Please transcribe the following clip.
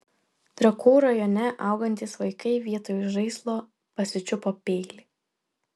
trakų rajone augantys vaikai vietoj žaislo pasičiupo peilį